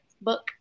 book